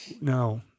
No